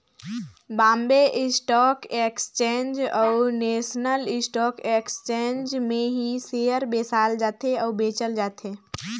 Bombay stock exchange अउ national stock exchange में ही सेयर बेसाल जाथे अउ बेंचल जाथे